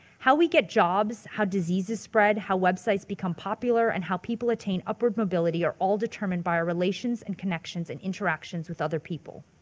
how we get jobs, how diseases spread, how websites become popular, and how people attain upward mobility are all determined by our relations and connections and interactions with other people.